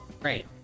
Great